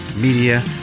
media